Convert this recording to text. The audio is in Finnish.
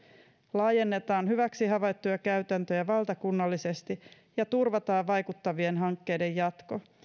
laajennetaan hyväksi havaittuja käytäntöjä valtakunnallisesti ja turvataan vaikuttavien hankkeiden jatko